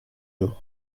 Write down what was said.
you